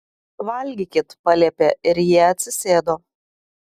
valgykit paliepė ir jie atsisėdo